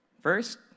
First